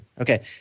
Okay